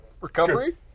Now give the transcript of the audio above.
Recovery